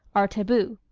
are taboo.